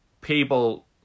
people